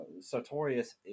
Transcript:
Sartorius